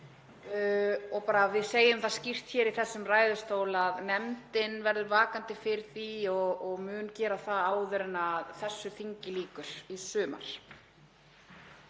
og bara að við segjum það skýrt hér í þessum ræðustól að nefndin verður vakandi fyrir því og mun gera það áður en þessu þingi lýkur í sumar.